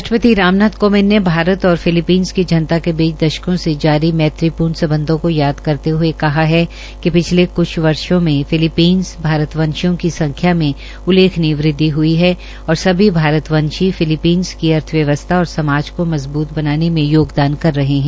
राष्ट्रपति रामनाथ कोविंद ने भारत और फिलिपींस की जनता के बीच दशकों से जारी मैत्रीपूर्ण संबंधों को याद करते हुए कहा है कि पिछले कुछ वर्षों में फिलिपींस में भारतवंशियों की संख्याो में उल्लेहखनीय वृद्धि हुई है और समी भारतवंशी फिलिपींस की अर्थव्यिवस्था और समाज को मजबूत बनाने में योगदान कर रहे हैं